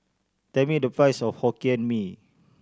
tell me the price of Hokkien Mee